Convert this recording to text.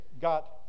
Got